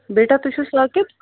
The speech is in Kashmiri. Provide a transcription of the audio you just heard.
بیٹا تُہۍ چھِو ساقِب